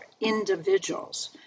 individuals